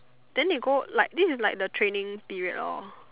then they go like this is like the training period lor